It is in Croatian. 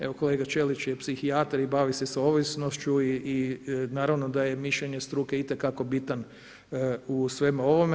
Evo, kolega Ćelić je psihijatar i bavi se sa ovisnošću i naravno da je mišljenje struke itekako bitan u svemu ovome.